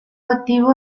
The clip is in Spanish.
activo